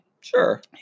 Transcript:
sure